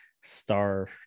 star